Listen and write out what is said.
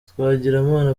twagirimana